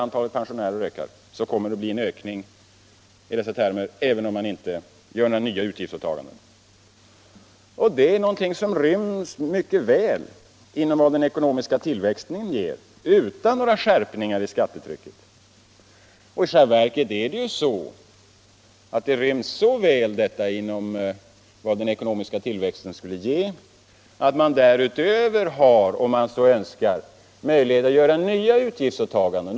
Antalet pensionärer ökar t.ex., vilket ger en ökning även om man inte gör några nya utgiftsåtaganden. Detta ryms mycket väl inom den ekonomiska tillväxten utan några skärpningar av skattetrycket. I själva verket ryms det så väl inom den ekonomiska tillväxtens ram att man därutöver, om man så önskar, har möjligheter att göra nya utgiftsåtaganden.